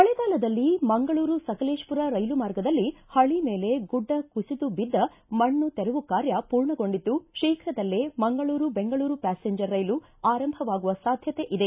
ಮಳೆಗಾಲದಲ್ಲಿ ಮಂಗಳೂರು ಸಕಲೇಶಪುರ ರೈಲು ಮಾರ್ಗದಲ್ಲಿ ಹಳಿ ಮೇಲೆ ಗುಡ್ಡ ಕುಸಿದು ಬಿದ್ದ ಮಣ್ಣು ತೆರವು ಕಾರ್ಯ ಪೂರ್ಣಗೊಂಡಿದ್ದು ಶೀಘದಲ್ಲೇ ಮಂಗಳೂರು ಬೆಂಗಳೂರು ಪ್ಯಾಸೆಂಜರ್ ರೈಲು ಆರಂಭವಾಗುವ ಸಾಧ್ಯತೆ ಇದೆ